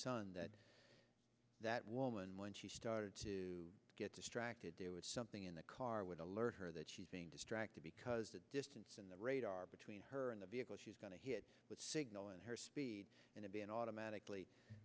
sun that that woman when she started to get distracted do it something in the car would alert her that she's being distracted because the distance in the radar between her and the vehicle she's going to hit with signal and her speed and a b and automatically